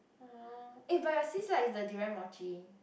aye but your sis like the durian mochi